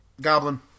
Goblin